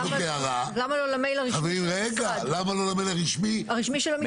למה לא למייל הרשמי של המשרד?